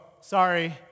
sorry